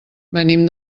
venim